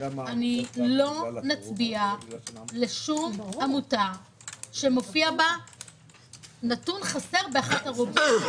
שלא נצביע לשום עמותה שמופיע בה נתון חסר באחת הרובריקות,